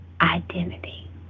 identity